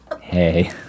Hey